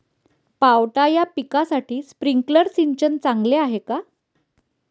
पावटा या पिकासाठी स्प्रिंकलर सिंचन चांगले आहे का?